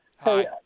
Hi